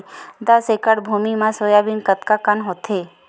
दस एकड़ भुमि म सोयाबीन कतका कन होथे?